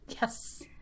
yes